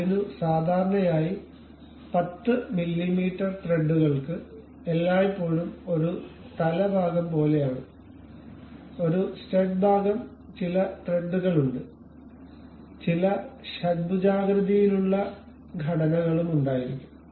അതിനു സാധാരണയായി 10 മില്ലീമീറ്റർ ത്രെഡുകൾക്ക് എല്ലായ്പ്പോഴും ഒരു തല ഭാഗം പോലെയാണ് ഒരു സ്റ്റഡ് ഭാഗംചില ത്രെഡുകൾ ഉണ്ട് ചില ഷഡ്ഭുജാകൃതിയിലുള്ള ഘടനകളും ഉണ്ടായിരിക്കും